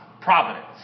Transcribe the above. providence